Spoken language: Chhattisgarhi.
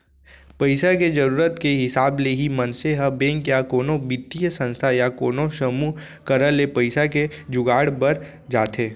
पइसा के जरुरत के हिसाब ले ही मनसे ह बेंक या कोनो बित्तीय संस्था या कोनो समूह करा ले पइसा के जुगाड़ बर जाथे